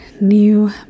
new